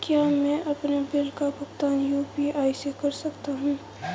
क्या मैं अपने बिल का भुगतान यू.पी.आई से कर सकता हूँ?